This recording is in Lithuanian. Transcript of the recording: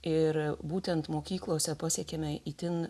ir būtent mokyklose pasiekėme itin